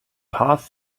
path